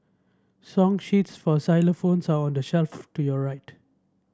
song sheets for xylophones are on the shelf to your right